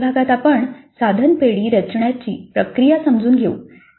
आपल्या पुढील भागात आपण साधन पेढी रचण्याची प्रक्रिया समजून घेऊ